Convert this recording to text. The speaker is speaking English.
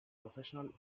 professional